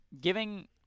giving